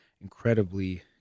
incredibly